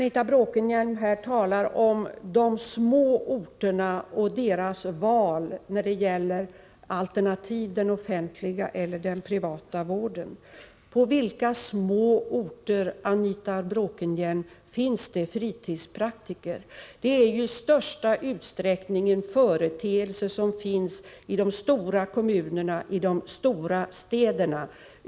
Anita Bråkenhielm talar om de små orterna och deras val av offentlig alternativt privat vård. På vilka små orter, Anita Bråkenhielm, finns det fritidspraktiker? Dessa finns i största utsträckning i de stora kommunerna och i de stora städerna.